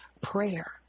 prayer